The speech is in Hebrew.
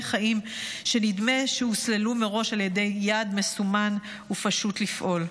חיים שנדמה שהוסללו מראש על ידי יעד מסומן ופשוט לפעול.